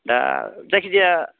दा जायखिजाया